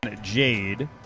Jade